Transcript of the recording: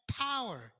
power